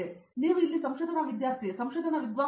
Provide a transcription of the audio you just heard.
ಹೀಗೆ ನೀವು ಇಲ್ಲಿ ಸಂಶೋಧನಾ ವಿದ್ಯಾರ್ಥಿ ಇಲ್ಲಿ ಸಂಶೋಧನಾ ವಿದ್ವಾಂಸ